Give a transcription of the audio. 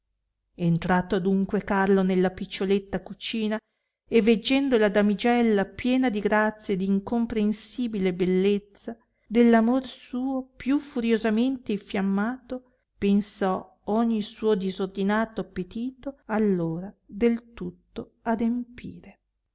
entrato adunque carlo nella piccioletta cucina e veggendo la damigella piena di grazia e d incomprensibile bellezza dell amor suo più furiosamente imfiammato pensò ogni suo disordinato appetito allora del tutto adempire